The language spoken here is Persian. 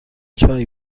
چای